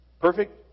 Perfect